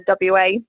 WA